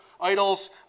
idols